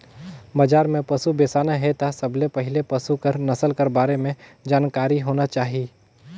बजार में पसु बेसाना हे त सबले पहिले पसु कर नसल कर बारे में जानकारी होना चाही